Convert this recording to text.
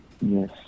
Yes